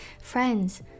friends